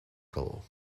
calor